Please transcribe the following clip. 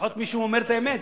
לפחות מישהו אומר את האמת.